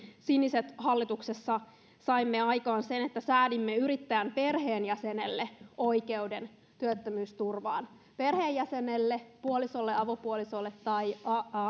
siniset hallituksessa saimme aikaan sen että säädimme yrittäjän perheenjäsenelle oikeuden työttömyysturvaan perheenjäsenelle puolisolle avopuolisolle tai